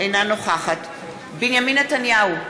אינה נוכחת בנימין נתניהו,